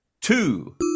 Two